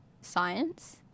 science